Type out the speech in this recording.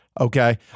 Okay